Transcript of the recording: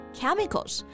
chemicals